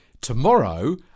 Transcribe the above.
Tomorrow